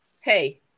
hey